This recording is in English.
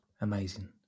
amazing